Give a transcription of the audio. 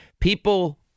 People